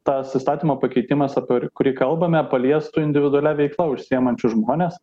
tas įstatymo pakeitimas apie kurį kalbame paliestų individualia veikla užsiimančius žmones